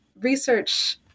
research